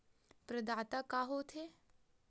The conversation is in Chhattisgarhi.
प्रदाता का हो थे?